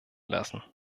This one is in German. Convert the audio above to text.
lassen